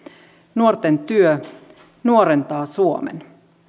nuorten työ nuorentaa suomen